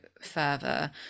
further